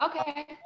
Okay